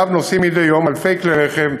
שנוסעים עליו אלפי כלי רכב,